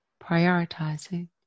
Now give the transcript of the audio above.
prioritizing